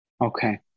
Okay